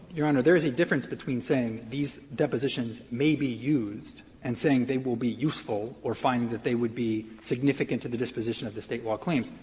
your honor, there's a difference between saying these depositions may be used and saying they will be useful or finding that they would be significant to the disposition of the state law claims.